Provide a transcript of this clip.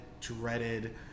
dreaded